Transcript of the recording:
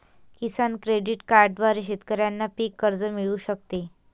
किसान credit कार्डद्वारे शेतकऱ्यांना पीक कर्ज मिळू शकते